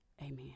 Amen